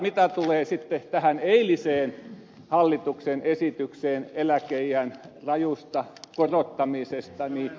mitä tulee tähän eiliseen hallituksen esitykseen eläkeiän rajusta korottamisesta